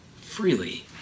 freely